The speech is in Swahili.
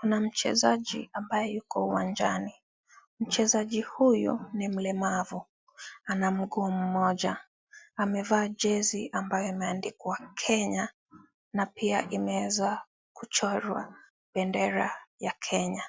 Kuna mchezaji ambaye yuko uwanjani , mchezaji huyu ni mlemavu ana mguu mmoja amevaa jezi ambayo imeandikwa Kenya na pia imeweza kuchorwa bendera ya Kenya ,